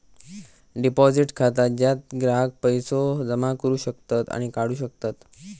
deposit खाता ज्यात ग्राहक पैसो जमा करू शकतत आणि काढू शकतत